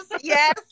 yes